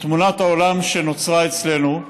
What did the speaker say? בתמונת העולם שנוצרה אצלנו,